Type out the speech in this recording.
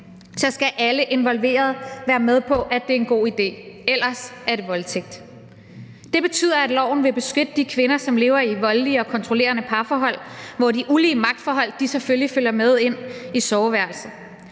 sex, skal alle involverede være med på, at det er en god idé, ellers er det voldtægt. Det betyder, at loven vil beskytte de kvinder, som lever i et voldeligt og kontrollerende parforhold, hvor de ulige magtforhold selvfølgelig følger med ind i soveværelset.